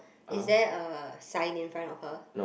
is there a sign in front of her